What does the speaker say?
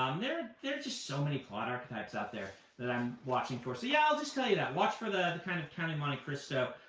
um there are just so many plot archetypes out there that i'm watching for. so yeah, i'll just tell you that. watch for the kind of count of monte cristo